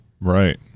right